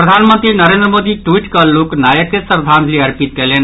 प्रधानमंत्री नरेंद्र मोदी ट्वीट कऽ लोक नायक के श्रद्वांजलि अर्पित कयलनि